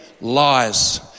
lies